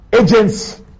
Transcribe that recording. agents